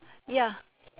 ya